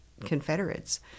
Confederates